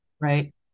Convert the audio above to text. Right